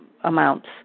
amounts